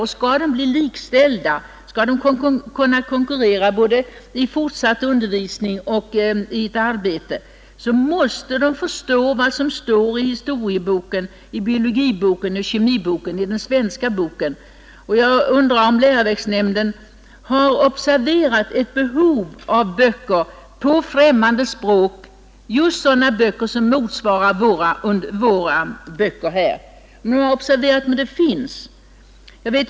Men för att kunna bli likställda och kunna konkurrera både i fortsatt undervisning och i ett arbete måste de förstå vad som står i den svenska historieboken, i biologiboken och i kemiboken. Jag undrar om läroboksnämnden har observerat att det föreligger ett behov av sådana böcker på främmande språk som motsvarar våra egna läroböcker. Men jag har observerat att dylika böcker finns.